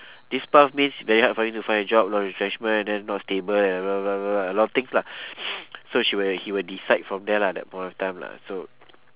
this path means very hard for you to find a job a lot retrenchment then not stable a lot of things lah so she will he will decide from there lah that point of time lah so